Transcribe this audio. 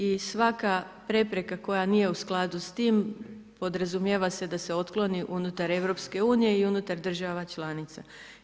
I svaka prepreka koja nije u skladu sa tim podrazumijeva se da se otkloni unutar EU i unutar država članica.